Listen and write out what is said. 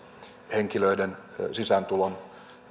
henkilöiden sisääntulon